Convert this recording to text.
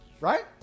right